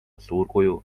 suurkuju